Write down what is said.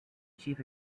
chief